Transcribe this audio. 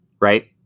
right